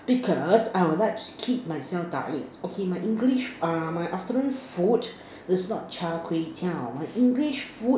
because I will like to keep myself diet okay my English uh my afternoon food is not Char-kway-teow my English food